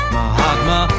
Mahatma